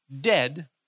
dead